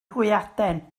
hwyaden